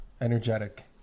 energetic